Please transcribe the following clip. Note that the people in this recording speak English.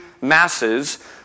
masses